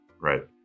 Right